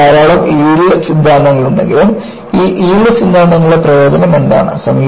നമുക്ക് ധാരാളം യീൽഡ് സിദ്ധാന്തങ്ങളുണ്ടെങ്കിലും ഈ യീൽഡ് സിദ്ധാന്തങ്ങളുടെ പ്രയോജനം എന്താണ്